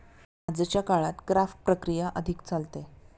आजच्या काळात क्राफ्ट प्रक्रिया अधिक चालते